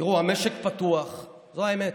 תראו, המשק פתוח, זו האמת.